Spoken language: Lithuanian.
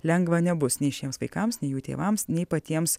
lengva nebus nei šiems vaikams nei jų tėvams nei patiems